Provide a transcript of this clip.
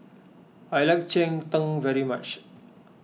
I like Cheng Tng very much